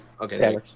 Okay